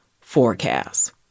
forecast